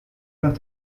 nach